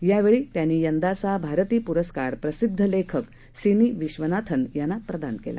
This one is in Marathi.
यावेळी त्यांनीयंदाचाभारतीप्रस्कारप्रसिद्धलेखकसिनीविश्वनाथनयांनाप्रदानकेला